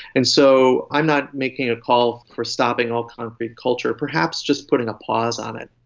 and so i'm not making a call for stopping all concrete culture, perhaps just putting a pause on it.